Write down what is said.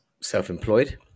self-employed